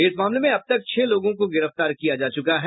इस मामले में अब तक छह लोगों को गिरफ्तार किया जा चुका है